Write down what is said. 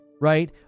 right